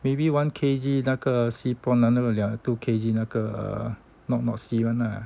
maybe one K_G 那个 sea prawn 那个 two K_G 那个 not not sea one lah